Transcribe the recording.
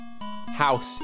house